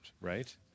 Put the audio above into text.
right